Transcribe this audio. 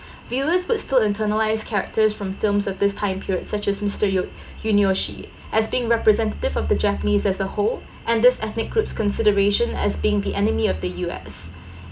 viewers would still internalize characters from films of this time period such as mister yu~ yunioshi as being representative of the japanese as a whole and this ethnic groups consideration as being the enemy of the U_S